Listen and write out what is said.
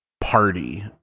party